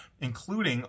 including